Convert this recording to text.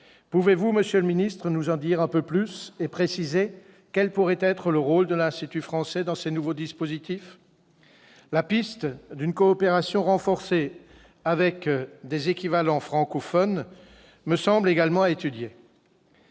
Pouvez-vous, monsieur le secrétaire d'État, nous en dire un peu plus et préciser quelle pourrait être le rôle de l'Institut français dans ces nouveaux dispositifs ? La piste d'une coopération renforcée avec des équivalents francophones me semble également à étudier